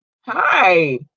hi